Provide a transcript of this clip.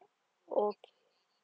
oh